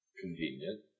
Convenient